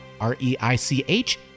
R-E-I-C-H